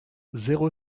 zéro